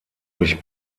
durch